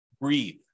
Breathe